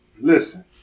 listen